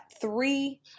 three